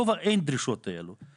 לתקנות בגובה אין דרישות כאלה.